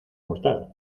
mortal